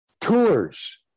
tours